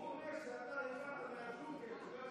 הוא אומר שאתה יצאת מהג'ונגל,